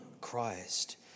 Christ